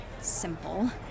simple